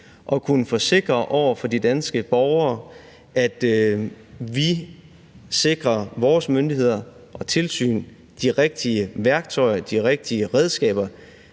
at kunne forsikre over for de danske borgere, at vi sikrer vores myndigheder og tilsyn de rigtige værktøjer og de rigtige redskaber,